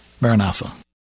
Maranatha